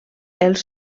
els